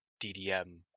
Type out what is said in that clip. ddm